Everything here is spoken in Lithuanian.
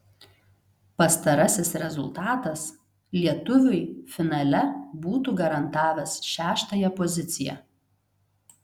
pastarasis rezultatas lietuviui finale būtų garantavęs šeštąją poziciją